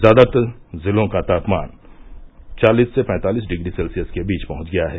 ज्यादातर जिलों का तापमान चालिस से पैंतालिस डिग्री सेल्सियस के बीच पहुंच गया है